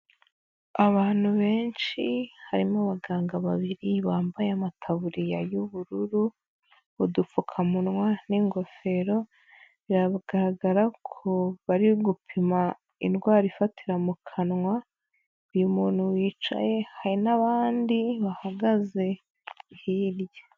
Abantu benshi, harimo abaganga babiri, bambaye amataburiya y'ubururu, udupfukamunwa n'ingofero, biragaragara ko bari gupima indwara ifatira mu kanwa, uyu muntu wicaye, hari n'abandi bahagaze hirya.